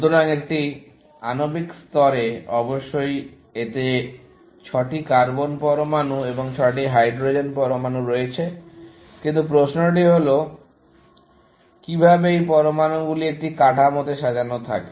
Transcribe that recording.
সুতরাং একটি আণবিক স্তরে অবশ্যই এতে 6টি কার্বন পরমাণু এবং 6টি হাইড্রোজেন পরমাণু রয়েছে কিন্তু প্রশ্নটি হল কিভাবে এই পরমাণুগুলি একটি কাঠামোতে সাজানো থাকে